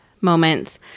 moments